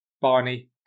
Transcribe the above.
Barney